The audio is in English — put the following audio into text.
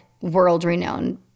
world-renowned